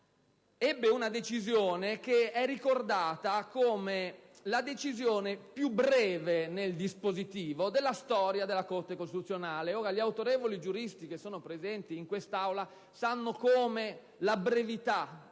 una decisione che è ricordata come la decisione più breve nel dispositivo della storia della Corte costituzionale. Gli autorevoli giuristi che sono presenti in quest'Aula sanno come la brevità